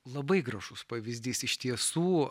labai gražus pavyzdys iš tiesų